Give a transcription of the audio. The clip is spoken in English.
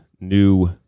new